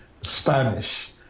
Spanish